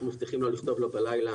אנחנו מבטיחים לא לכתוב לו בלילה.